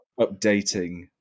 updating